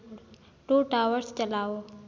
to towers चलाओ